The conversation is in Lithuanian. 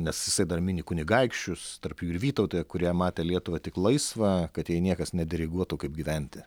nes jisai dar mini kunigaikščius tarp jų ir vytautą kurie matė lietuvą tik laisvą kad jai niekas nediriguotų kaip gyventi